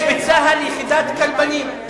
יש בצה"ל יחידת כלבנים.